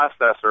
processor